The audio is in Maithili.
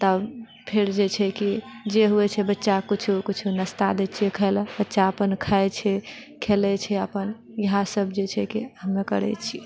तब फेर जे छै कि जे होइ छै बच्चाके किछु किछु नाश्ता देइ छिऐ खाइले बच्चा अपन खाइछै खेलै छै अपन इएह सभ जे छै कि हमे करैत छिऐ